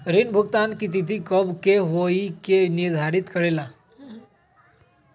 ऋण भुगतान की तिथि कव के होई इ के निर्धारित करेला?